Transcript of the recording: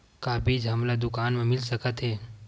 का बीज हमला दुकान म मिल सकत हे?